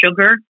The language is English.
sugar